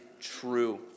true